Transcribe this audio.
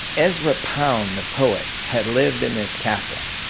ezra pound the poet had lived in this castle.